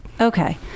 Okay